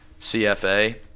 CFA